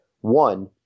one